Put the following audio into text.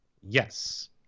yes